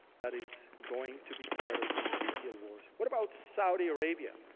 that is going to be part of the ezekiel war. what about saudi arabia?